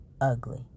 ugly